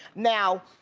now,